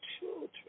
children